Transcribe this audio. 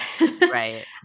Right